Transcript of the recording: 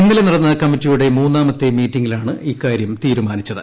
ഇന്നലെ നടന്ന കമ്മറ്റിയുടെ മൂന്നാമത്തെ മീറ്റിംഗിലാണ് ഇക്കാര്യം തീരുമാനിച്ചത്